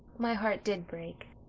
my heart did break,